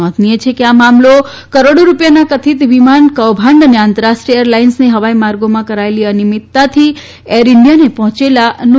નોંધનીય છે કે આ મામલો કરોડો રુપિયાના કથિત વિમાન કૌભાંડ અને આંતરરાષ્ટ્રીય એર લાઇન્સને હવાઇ માર્ગોમાં કરાયેલી અનિયમિતતાથી એર ઇન્ડિયાને પહોચેલા નુકશાન સંબંધિત છે